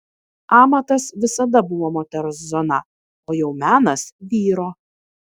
amatas visada buvo moters zona o jau menas vyro